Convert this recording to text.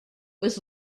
was